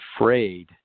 afraid